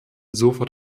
sofort